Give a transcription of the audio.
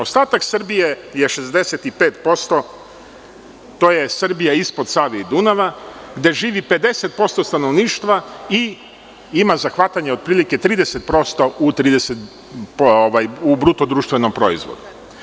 Ostatak Srbije je 65%, to je Srbija ispod Save i Dunava, gde živi 50% stanovništva i ima zahvatanje otprilike 30% u bruto društvenom proizvodu.